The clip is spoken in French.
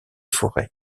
forêts